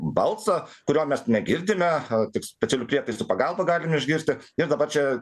balsą kurio mes negirdime tik specialių prietaisų pagalba galim išgirsti ir dabar čia